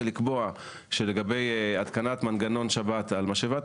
ולקבוע שלגבי התקנת מנגנון שבת על משאבת